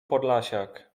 podlasiak